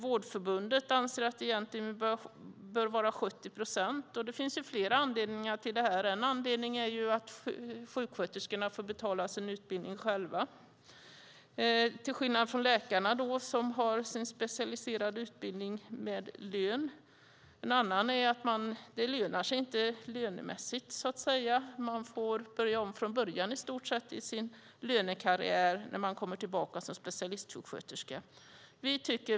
Vårdförbundet anser att det egentligen bör vara 70 procent. Det finns flera anledningar till det här. En anledning är att sjuksköterskorna får betala sin utbildning själva till skillnad från läkarna som har sin specialiserade utbildning med lön. En annan anledning är att det inte lönar sig lönemässigt. Man får i stort sett börja om från början i sin lönekarriär när man kommer tillbaka som specialistsjuksköterska.